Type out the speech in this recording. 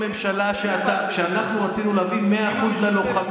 כמו שהפלתם את חוק יהודה ושומרון וכמו שהפלתם את איחוד משפחות.